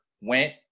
went